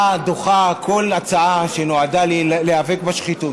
דוחה כל הצעה שנועדה להיאבק בשחיתות.